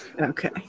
Okay